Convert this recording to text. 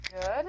good